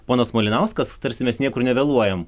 ponas malinauskas tarsi mes niekur nevėluojam